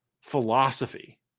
philosophy